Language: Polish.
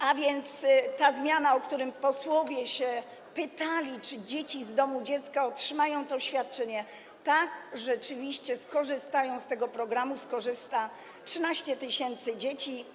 A więc jeśli chodzi o tę zmianę, o którą posłowie się pytali, czy dzieci z domu dziecka otrzymają to świadczenie, to tak, rzeczywiście skorzystają z tego programu, skorzysta 13 tys. dzieci.